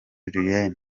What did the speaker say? julienne